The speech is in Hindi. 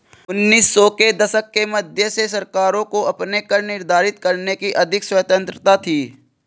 उन्नीस सौ के दशक के मध्य से सरकारों को अपने कर निर्धारित करने की अधिक स्वतंत्रता थी